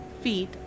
feet